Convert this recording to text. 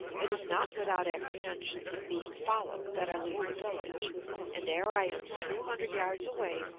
it is not without apprehensions of being followed that i leave the village and ere i am two hundred yards away,